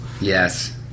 yes